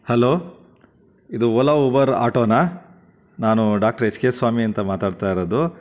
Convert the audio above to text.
hello ಇದು Ola Uber ಆಟೋನ ನಾನು ಡಾಕ್ಟರ್ ಎಚ್ ಕೆ ಸ್ವಾಮಿ ಅಂತ